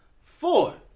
Four